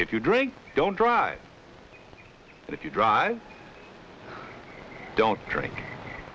if you drink don't drive if you drive don't drink